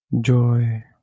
joy